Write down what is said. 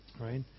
right